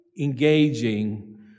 engaging